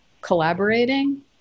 collaborating